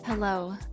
Hello